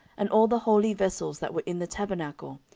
and all the holy vessels that were in the tabernacle,